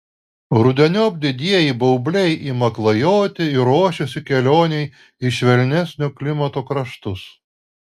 rudeniop didieji baubliai ima klajoti ir ruošiasi kelionei į švelnesnio klimato kraštus